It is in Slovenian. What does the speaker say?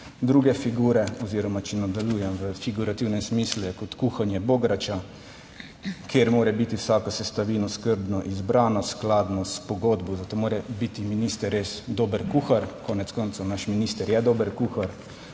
druge figure oziroma, če nadaljujem v figurativnem smislu, je kot kuhanje bograča, kjer mora biti vsaka sestavina skrbno izbrana skladno s pogodbo, zato mora biti minister res dober kuhar. Konec koncev, naš minister je dober kuhar.